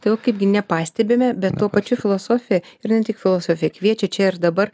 tai o kaipgi nepastebime bet tuo pačiu filosofija ir ne tik filosofija kviečia čia ir dabar